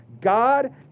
God